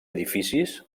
edificis